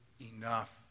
enough